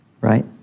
right